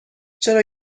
چرا